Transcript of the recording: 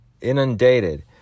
inundated